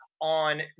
on